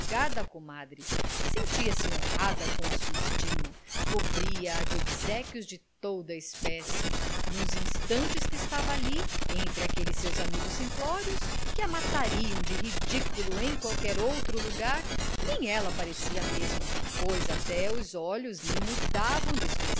comadre sentia-se honrada com a sua estima cobria a de obséquios de toda a espécie nos instantes que estava ali entre aqueles seus amigos simplórios que a matariam de ridículo em qualquer outro lagar nem ela parecia a mesma pois até os olhos lhe mudavam de